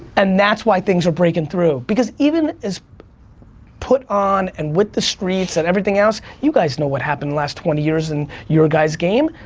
and that's why things are breaking through, because even as put on and with the streets and everything else, you guys know what happened the last twenty years in your guys' game.